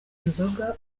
inzoga